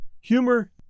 humor